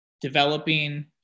developing